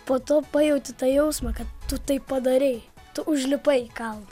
po to pajauti tą jausmą kad tu tai padarei tu užlipai kalnu